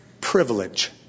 privilege